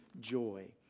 joy